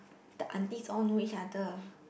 the aunties all know each other